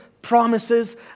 Promises